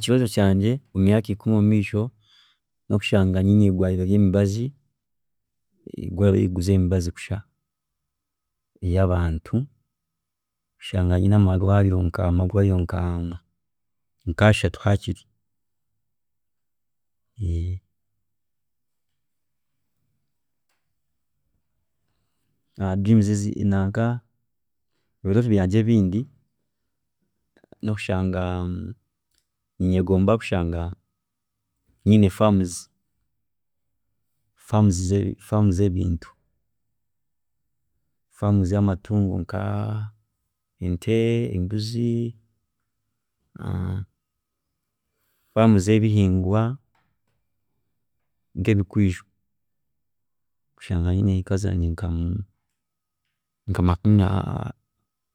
﻿Ekirooto kyangye omumyaaka ikumi omumeisho nokushanga nyine eirwaariro ryemibazi, irwaariro rikuguza emibazi kusha yabantu, kushanga nyine nkamarwaariro nka- nka ashatu hakiri dreams ezi- nanka ebirooto byangye ebindi nokushanga ninyegomba kushanga nyine farms, farm zebintu, farm zamatungo nka ente, embuzi, farms zebihingwa nkebikwiijo, kushanga nyine hiika zangye nka makumi